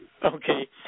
Okay